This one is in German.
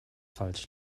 falsch